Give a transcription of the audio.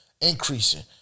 increasing